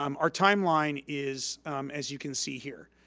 um our timeline is as you can see here.